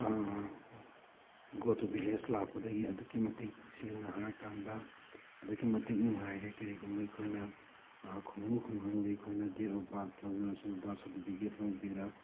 GO to village ꯂꯥꯛꯄꯗꯒꯤ ꯑꯗꯨꯛꯀꯤ ꯃꯇꯤꯛ ꯁꯦꯡꯅ ꯍꯥꯏꯔꯀꯥꯟꯗ ꯑꯗꯨꯛꯀꯤ ꯃꯇꯤꯛ ꯅꯨꯡꯉꯥꯏꯔꯦ ꯀꯔꯤꯒꯨꯝꯕ ꯑꯩꯈꯣꯏꯅ ꯈꯨꯡꯒꯪ ꯈꯨꯡꯒꯪꯗ ꯑꯩꯈꯣꯏꯅ ꯗꯦꯠ ꯑꯣꯐ ꯕꯥꯔꯊ ꯑꯣꯏꯔꯁꯨ ꯕꯥꯔꯊ ꯁꯥꯔꯇꯤꯐꯤꯀꯦꯠ ꯂꯧꯒꯦꯔꯥ